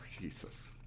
Jesus